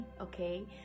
okay